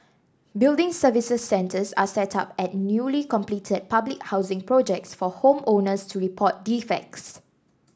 building services centres are set up at newly completed public housing projects for home owners to report defects